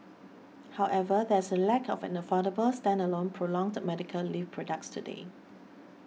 however there is a lack of an affordable standalone prolonged medical leave products today